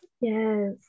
Yes